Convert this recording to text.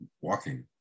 walking